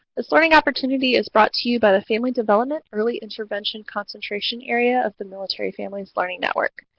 this learning opportunity is brought to you by the family development early intervention concentration area of the military families learning network.